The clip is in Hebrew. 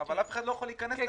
אבל אף אחד לא יכול להיכנס לחנות.